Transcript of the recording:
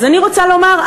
אז אני רוצה לומר,